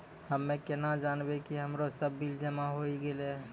हम्मे केना जानबै कि हमरो सब बिल जमा होय गैलै?